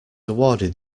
awarded